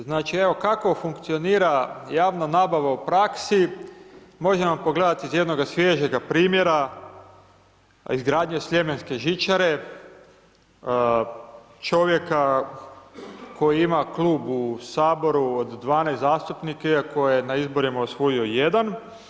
Znači evo kako funkcionira javna nabava u praksi možemo pogledati iz jednoga svježega primjera izgradnje sljemenske žičare, čovjeka koji ima klub u Saboru od 12 zastupnika iako je na izborima osvojio jedan.